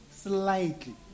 Slightly